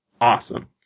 awesome